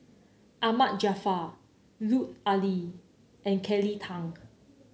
Ahmad Jaafar Lut Ali and Kelly Tang